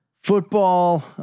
football